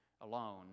alone